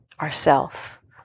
ourself